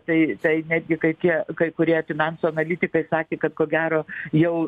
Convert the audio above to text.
tai tai netgi kai tie kai kurie finansų analitikai sakė kad ko gero jau